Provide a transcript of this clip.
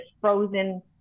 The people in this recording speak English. frozen